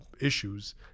issues